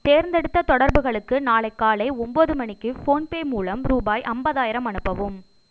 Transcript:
தேர்ந்தெடுத்த தொடர்புகளுக்கு நாளை காலை ஒம்போது மணிக்கு ஃபோன்பே மூலம் ரூபாய் அம்பதாயிரம் அனுப்பவும்